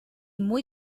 muy